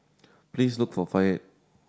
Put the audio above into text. please look for Fayette